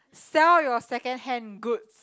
sell your secondhand goods